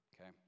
Okay